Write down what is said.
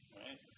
right